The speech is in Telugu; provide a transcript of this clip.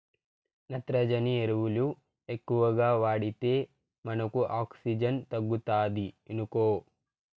నత్రజని ఎరువులు ఎక్కువగా వాడితే మనకు ఆక్సిజన్ తగ్గుతాది ఇనుకో